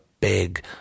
big